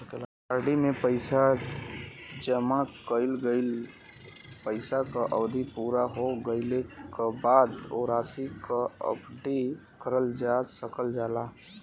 RD में जमा कइल गइल पइसा क अवधि पूरा हो गइले क बाद वो राशि क एफ.डी करल जा सकल जाला